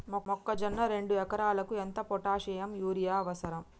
మొక్కజొన్న రెండు ఎకరాలకు ఎంత పొటాషియం యూరియా అవసరం?